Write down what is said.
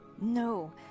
No